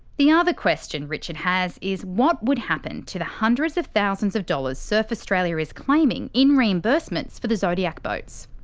the ah other questionrichard has is what would happen to the hundreds of thousands of dollars surf australia is claiming in reimbursements for the zodiac boats.